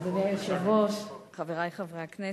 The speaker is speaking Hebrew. אדוני היושב-ראש, חברי חברי הכנסת,